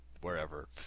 wherever